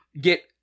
get